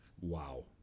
Wow